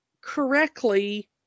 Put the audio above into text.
correctly